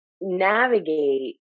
navigate